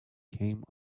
came